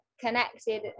connected